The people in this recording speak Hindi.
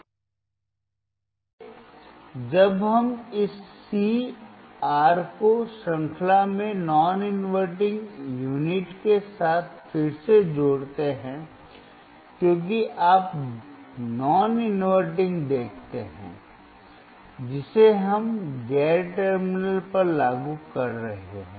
इसलिए जब हम इस C R को श्रृंखला में नॉन इनवर्टिंग यूनिट के साथ फिर से जोड़ते हैं क्योंकि आप गैर इनवर्टिंग देखते हैं जिसे हम गैर टर्मिनल पर लागू कर रहे हैं